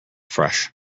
fresh